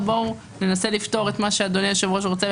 בואו ננסה לפתור את מה שאדוני היושב-ראש רוצה,